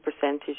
percentage